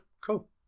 Cool